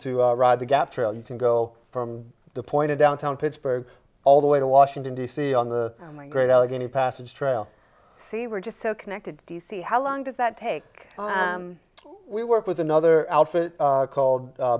to ride the gap trail you can go from the point of downtown pittsburgh all the way to washington d c on the great allegheny passage trail see we're just so connected d c how long does that take we work with another outfit called